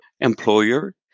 employer